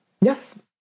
Yes